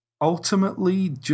ultimately